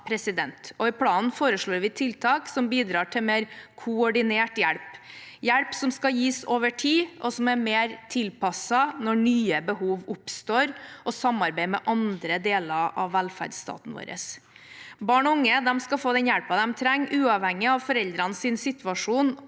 i planen foreslår vi tiltak som bidrar til mer koordinert hjelp, hjelp som skal gis over tid, og som er mer tilpasset når nye behov oppstår, og samarbeid med andre deler av velferdsstaten vår. Barn og unge skal få den hjelpen de trenger, uavhengig av foreldrenes situasjon